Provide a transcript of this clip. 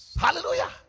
Hallelujah